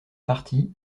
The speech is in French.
parti